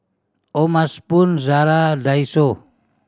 O'ma Spoon Zara Daiso